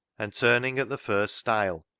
and turning at the first stile,